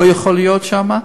לא יכול להיות שם,